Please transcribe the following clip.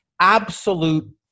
absolute